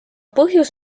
põhjus